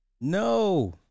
no